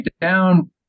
down